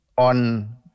On